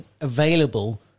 available